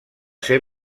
ser